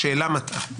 השאלה מטעה.